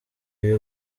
ibi